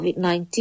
COVID-19